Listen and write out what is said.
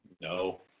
No